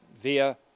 via